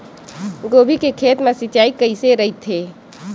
गोभी के खेत मा सिंचाई कइसे रहिथे?